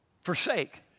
forsake